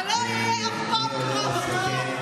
זה לא יהיה אף פעם כמו המקור.